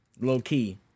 Low-key